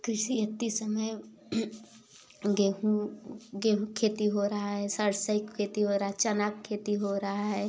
कृषि एत्ती समय गेहूँ गेहूँ के खेती हो रहा है सरसों के खेती हो रहा है चना के खेती हो रहा है